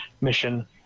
mission